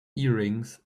earrings